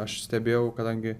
aš stebėjau kadangi